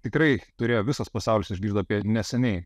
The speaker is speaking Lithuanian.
tikrai turėjo visas pasaulis išgirdo apie neseniai